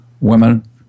Women